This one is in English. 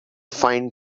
find